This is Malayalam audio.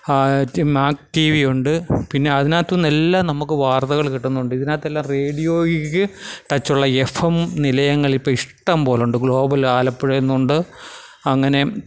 മാക് ടീ വി ഉണ്ട് പിന്നെ അതിനകത്തുനിന്ന് എല്ലാം നമുക്ക് വാർത്തകൾ കിട്ടുന്നുണ്ട് ഇതിനതെല്ലാം റേഡിയോയിൽ ടച്ചുള്ള എഫ് എം നിലയങ്ങളിപ്പം ഇഷ്ടംപോലെയുണ്ട് ഗ്ലോബൽ ആലപ്പുഴയെന്നുണ്ട് അങ്ങനെ